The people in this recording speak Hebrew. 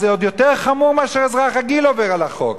אז זה עוד יותר חמור מאשר אזרח רגיל שעובר על החוק.